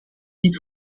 dit